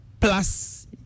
plus